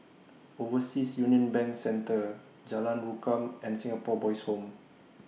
Overseas Union Bank Centre Jalan Rukam and Singapore Boys' Home